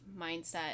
mindset